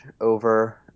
over